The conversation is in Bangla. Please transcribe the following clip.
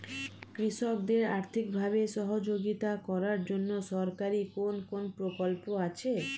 কৃষকদের আর্থিকভাবে সহযোগিতা করার জন্য সরকারি কোন কোন প্রকল্প আছে?